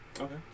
Okay